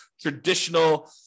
traditional